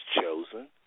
chosen